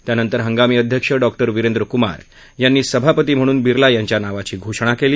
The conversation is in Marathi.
त्यानंतर हंगामी अध्यक्ष डॉक्टर विरेंद्र कुमार यांनी सभापती म्हणून विर्ला यांच्या नावाची घोषणा केली